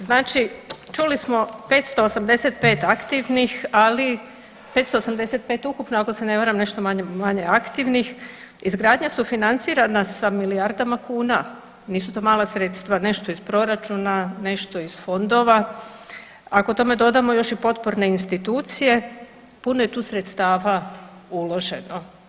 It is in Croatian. Znači čuli smo 585 aktivnih, ali 585 ukupno ako se ne varam nešto manje, manje aktivnih, izgradnja su financirana sa milijardama kuna, nisu to mala sredstva, nešto iz proračuna, nešto iz fondova, ako tome dodamo još i potporne institucije, puno je tu sredstava uloženo.